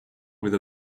with